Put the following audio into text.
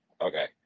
Okay